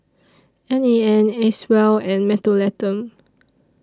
N A N Acwell and Mentholatum